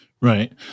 Right